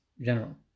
general